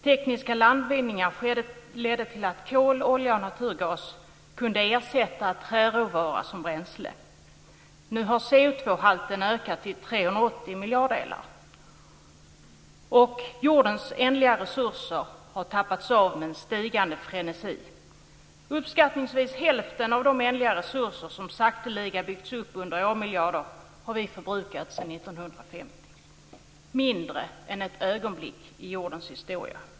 Tekniska landvinningar ledde till att kol, olja och naturgas kunde ersätta träråvaror som bränsle. Nu har CO2-halten ökat till 380 miljarddelar. Jordens ändliga resurser har tappats av i en rasande takt. Uppskattningsvis hälften av de ändliga resurser som sakteliga byggts upp under miljarder år har vi förbrukat sedan 1950, mindre än ett ögonblick i jordens historia.